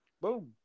Boom